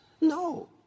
No